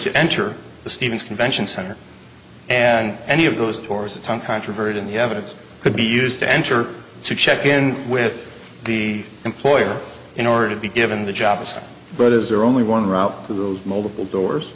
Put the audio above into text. to enter the stevens convention center and any of those doors it's uncontroverted in the evidence could be used to enter to check in with the employer in order to be given the jobs but is there only one route to the multiple doors